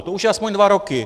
To už je aspoň dva roky.